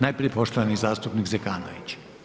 Najprije poštovani zastupnik Zekanović.